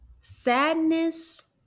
Sadness